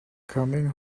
coming